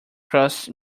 crust